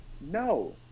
No